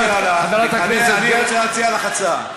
חברת הכנסת גרמן, אני רוצה להציע לך הצעה.